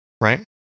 Right